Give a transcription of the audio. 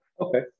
Okay